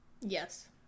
Yes